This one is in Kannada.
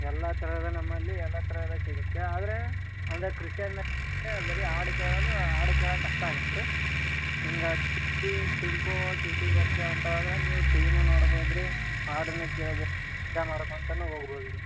ಎಲ್ಲ ಥರದ ನಮ್ಮಲ್ಲಿ ಎಲ್ಲ ಥರದ ಸಿಗುತ್ತೆ ಆದರೆ ಅಂದರೆ ಕ್ರಿಶರ್ನ ಅಂದ್ರೆ ಬರಿ ಹಾಡು ಕೇಳೊದು ಹಾಡು ಕೇಳಕ್ಕ ಅಷ್ಟು ಆಗತ್ತೆ ರೀ ಹಿಂಗಾಗಿ T T tempo T T bus ಅಂತ ಹೋದ್ರೆ ನೀವು ಟಿವಿನು ನೋಡ್ಬೌದು ರೀ ಹಾಡನ್ನು ಕೇಳ್ಬೌದು ಮಜಾ ಮಾಡ್ಕೊಂತನು ಹೋಗ್ಬೌದ್ ರೀ